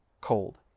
cold